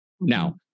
Now